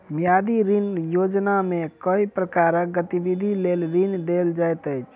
मियादी ऋण योजनामे केँ प्रकारक गतिविधि लेल ऋण देल जाइत अछि